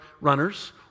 runners